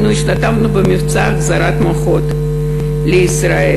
אנחנו השתתפנו במבצע החזרת מוחות לישראל,